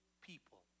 people